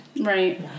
right